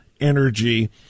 energy